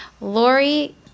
Lori